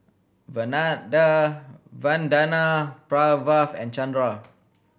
Vandana Pranav and Chanda